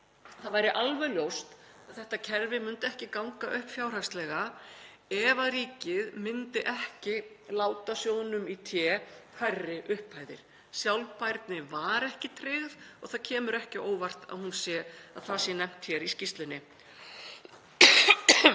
Það væri alveg ljóst að þetta kerfi myndi ekki ganga upp fjárhagslega ef ríkið myndi ekki láta sjóðnum í té hærri upphæðir. Sjálfbærni var ekki tryggð og það kemur ekki á óvart að það sé nefnt hér í skýrslunni.